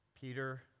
Peter